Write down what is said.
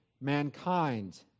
mankind